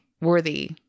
worthy